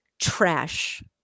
trash